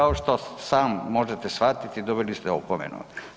Kao što sam možete shvatiti dobili ste opomenu.